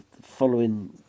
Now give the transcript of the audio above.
Following